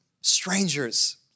strangers